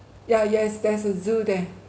yeah yes there's a zoo there